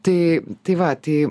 tai tai vat tai